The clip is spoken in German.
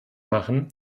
machen